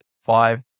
five